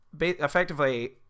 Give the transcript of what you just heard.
effectively